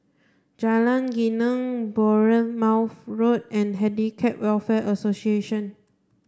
Jalan Geneng Bournemouth Road and Handicap Welfare Association